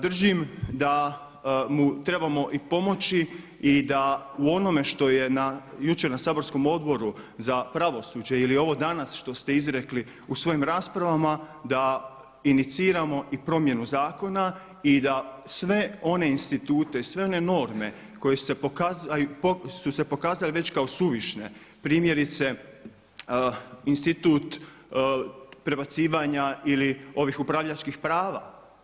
Držim da mu trebamo i pomoći i da u onome što je jučer na saborskom Odboru za pravosuđe ili ovo danas što ste izrekli u svojim raspravama da iniciramo i promjenu zakona i da sve one institute, sve one norme koje su se pokazale već kao suvišne primjerice institut prebacivanja ili ovih upravljačkih prava.